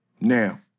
Now